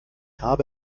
habe